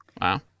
Wow